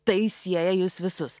tai sieja jus visus